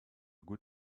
good